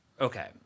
Okay